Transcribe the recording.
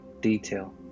detail